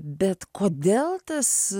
bet kodėl tas